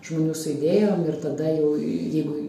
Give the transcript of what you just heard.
žmonių su idėjom ir tada jau jeigu